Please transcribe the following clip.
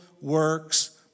works